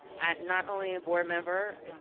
not only a board member,